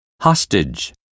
hostage